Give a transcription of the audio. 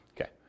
Okay